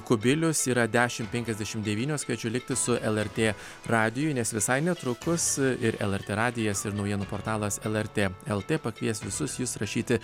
kubilius yra dešimt penkiasdešimt devynios kviečiu likti su lrt radiju nes visai netrukus ir lrt radijas ir naujienų portalas lrt lt pakvies visus jus rašyti